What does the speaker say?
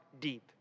deep